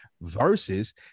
versus